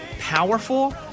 powerful